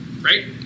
right